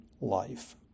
life